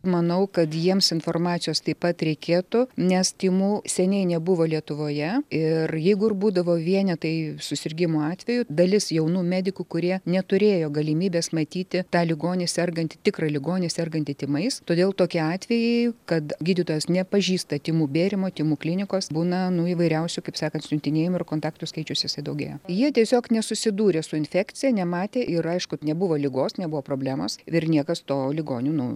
manau kad jiems informacijos taip pat reikėtų nes tymų seniai nebuvo lietuvoje ir jeigu ir būdavo vienetai susirgimų atvejų dalis jaunų medikų kurie neturėjo galimybės matyti tą ligonį sergantį tikrą ligonį sergantį tymais todėl tokie atvejai kad gydytojas nepažįsta tymų bėrimo tymų klinikos būna nu įvairiausių kaip sakant siuntinėjimų ir kontaktų skaičius jisai daugėja jie tiesiog nesusidūrė su infekcija nematė ir aišku nebuvo ligos nebuvo problemos ir niekas to ligonių nu